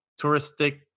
touristic